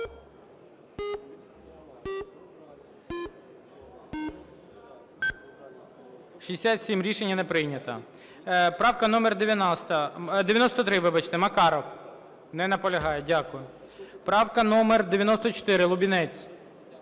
67. Рішення не прийнято. Правка номер 90, 93, вибачте. Макаров. Не наполягає. Дякую. Правка номер 94. Лубінець.